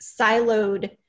siloed